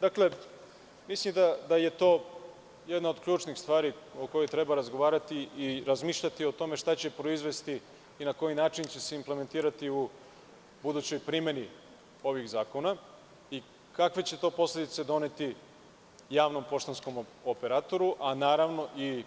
Dakle, mislim da je to jedna od ključnih stvari o kojoj treba razgovarati i razmišljati o tome šta će proizvesti i na koji način će se implementirati u budućoj primeni ovih zakona i kakve će to posledice doneti javnom poštanskom operatoru i